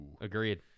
Agreed